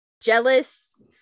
jealous